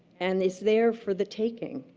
and it's there for the taking.